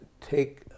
take